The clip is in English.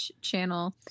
channel